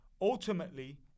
ultimately